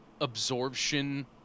absorption